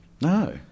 no